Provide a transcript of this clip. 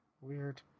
Weird